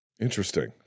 interesting